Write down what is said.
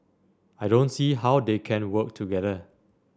I don't see how they can work together